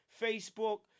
Facebook